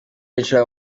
yicara